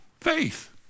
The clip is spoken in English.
faith